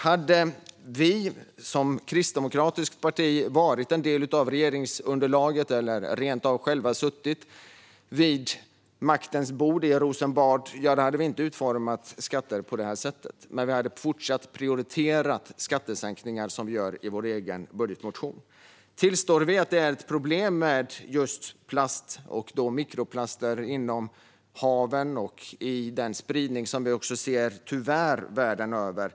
Om vi som kristdemokratiskt parti varit en del av regeringsunderlaget eller rent av själva suttit vid maktens bord i Rosenbad hade vi inte utformat skatter på det här sättet, men vi hade fortsatt att prioritera skattesänkningar som vi gör i vår egen budgetmotion. Tillstår vi att det är ett problem med just plast och mikroplaster inom haven och med den spridning som vi tyvärr ser världen över?